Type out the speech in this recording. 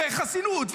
וחסינות,